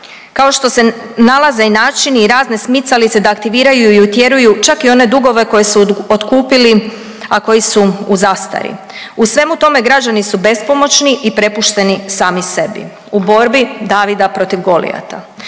kao što se nalaze i načini i razne smicalice da aktiviraju i utjeruju čak i one dugove koje su otkupili, a koji su u zastari. U svemu tome građani su bespomoćni i prepušteni sami sebi u borbu Davida protiv Golijata.